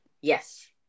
Yes